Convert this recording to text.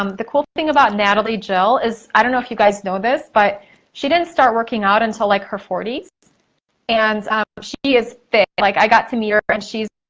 um the cool thing about natalie jill is, i don't know if you guys know this but she didn't start working out until like her forty s and she is fit. like i got to meet her and she's